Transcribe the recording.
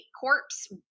corpse